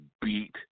beat